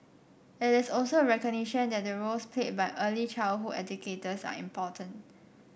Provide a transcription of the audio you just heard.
it is also a recognition that the roles played by early childhood educators are important